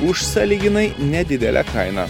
už sąlyginai nedidelę kainą